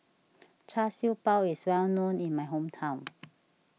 Char Siew Bao is well known in my hometown